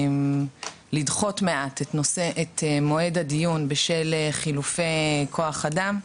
לדחות מעט את מועד הדיון בשל חילופי כוח אדם,